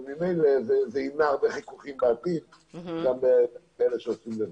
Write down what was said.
ממילא זה ימנע הרבה חיכוכים בעתיד גם לאלה שעושים לבד.